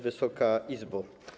Wysoka Izbo!